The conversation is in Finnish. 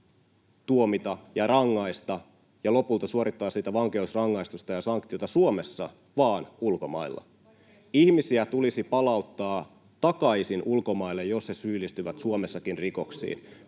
tuomita ja rangaista ja lopulta suorittaa siitä vankeusrangaistusta ja sanktiota Suomessa vaan ulkomailla. [Eva Biaudet’n välihuuto] Ihmisiä tulisi palauttaa takaisin ulkomaille, jos he syyllistyvät Suomessakin rikoksiin.